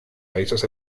países